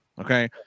Okay